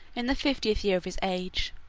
in the fiftieth year of his age